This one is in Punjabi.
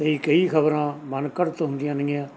ਇਹ ਕਈ ਖਬਰਾਂ ਮਨਘੜਤ ਹੁੰਦੀਆਂ ਨੇਗੀਆ